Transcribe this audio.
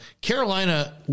Carolina